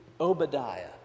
Obadiah